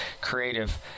creative